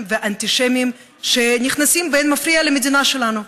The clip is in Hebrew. ואנטישמיים שנכנסים באין מפריע למדינה שלנו.